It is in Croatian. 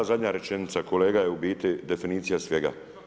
Ta zadnja rečenica kojega je u biti definicija svega.